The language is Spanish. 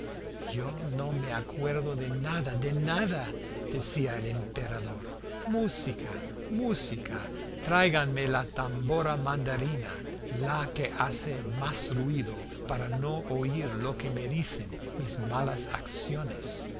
yo no me acuerdo de nada de nada decía el emperador música música tráiganme la tambora mandarina la que hace más ruido para no oír lo que me dicen mis malas acciones